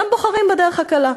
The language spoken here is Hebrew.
אתם בוחרים בדרך הקלה,